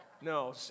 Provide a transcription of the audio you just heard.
No